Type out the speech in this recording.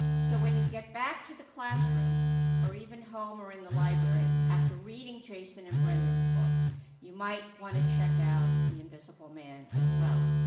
so when you get back to the classroom or even home or in the library after reading jason and brendan's book you might want to check out the invisible man as well.